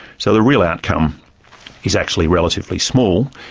so the real outcome is actually relatively small,